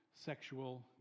sexual